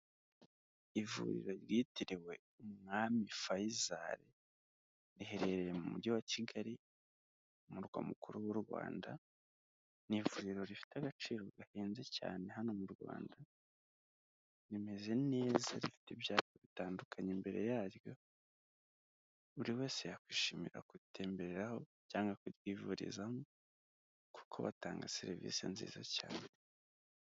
Ivuriro ryitiriwe umwami Fayizari, riherereye mu mujyi wa Kigali umurwa mukuru w'u Rwanda, ni ivuriro rifite agaciro gahenze cyane hano mu Rwanda, rimeze neza rifite ibyapa bitandukanye imbere yaryo, buri wese yakwishimira kuritembereraho cyangwa kuryivurizamo kuko batanga serivisi nziza cyane.